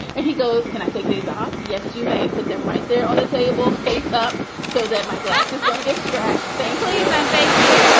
and he goes, can i take these off? yes, you may put them right there on the table, face up so that my glasses don't get scratched. thank like you. and thank you ah